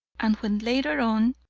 and when later on,